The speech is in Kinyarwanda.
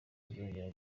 azongera